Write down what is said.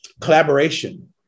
Collaboration